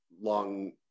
long